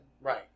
Right